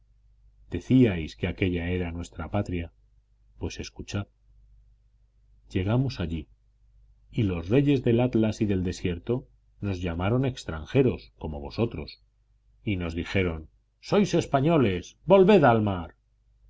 desconocido decíais que aquélla era nuestra patria pues escuchad llegamos allí y los reyes del atlas y del desierto nos llamaron extranjeros como vosotros y nos dijeron sois españoles volved al mar